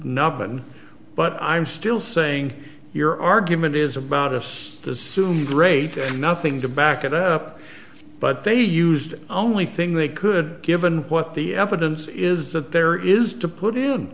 number one but i'm still saying your argument is about us as soon great nothing to back it up but they used only thing they could given what the evidence is that there is to put in